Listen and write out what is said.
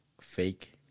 Fake